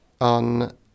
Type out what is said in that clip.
on